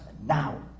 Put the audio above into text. now